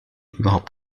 überhaupt